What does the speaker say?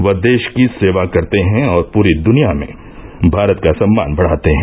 वह देष की सेवा करते हैं और पूरी दुनिया में भारत का सम्मान बढ़ाते हैं